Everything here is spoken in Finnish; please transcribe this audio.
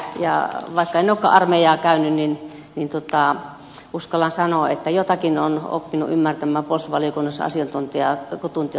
ja vaikka en olekaan armeijaa käynyt niin uskallan sanoa että jotakin olen oppinut ymmärtämään puolustusvaliokunnassa asiantuntijoita kuulemalla